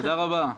תודה רבה.